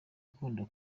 ukunda